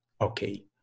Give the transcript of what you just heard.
Okay